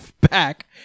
back